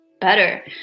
better